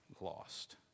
lost